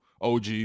OG